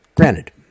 Granted